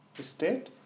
state